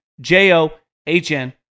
J-O-H-N